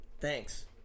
Thanks